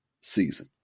season